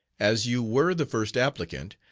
as you were the first applicant,